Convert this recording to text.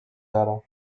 ara